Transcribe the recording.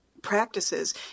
practices